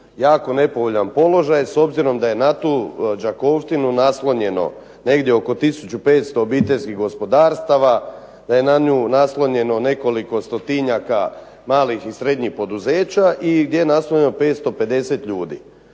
jako nepovoljan položaj s obzirom da je na tu Đakovštinu naslonjeno negdje oko 1500 obiteljskih gospodarstava, da je na nju naslonjeno nekoliko 100-tinjaka malih i srednjih poduzeća i gdje je naslonjeno 550 ljudi.